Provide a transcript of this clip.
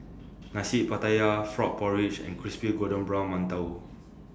Nasi Pattaya Frog Porridge and Crispy Golden Brown mantou